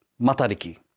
Matariki